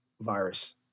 virus